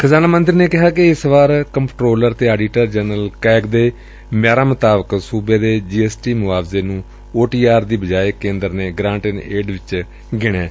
ਖਜ਼ਾਨਾ ਮੰਤਰੀ ਨੇ ਕਿਹੈ ਕਿ ਇਸ ਵਾਰ ਕੰਪਟਰੋਲਰ ਅਤੇ ਆਡੀਟਰ ਜਨਰਲ ਕੈਮ ਦੇ ਮਿਆਰਾਂ ਮੁਤਾਬਿਕ ਸੁਬੇ ਦੇ ਜੀ ਐਸ ਟੀ ਮੁਆਵਜੇ ਨੂੰ ਓ ਟੀ ਆਰ ਦੀ ਬਜਾਏ ਕੇਂਦਰ ਨਾਂ ਗਰਾਂਟ ਇਕ ਏਡ ਵਜੋਂ ਗਿਣਿਆ ਏ